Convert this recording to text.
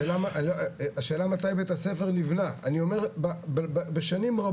השאלה מתי בית-הספר נבנה, אני אומר בשנים רבות...